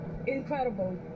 Incredible